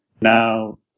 now